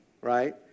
right